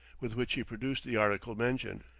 with which he produced the article mentioned.